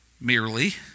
merely